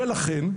לכן,